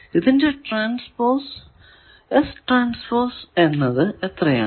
ഇതിന്റെ ട്രാൻസ്പോസ് എന്നത് എത്രയാണ്